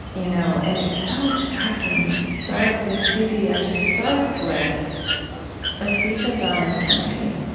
you know and it's so striking. you start the cd actually starts with a speech of john f. kennedy,